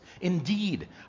Indeed